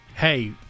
hey